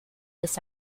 this